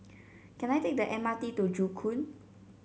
can I take the M R T to Joo Koon